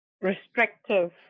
restrictive